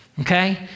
okay